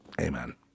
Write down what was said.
Amen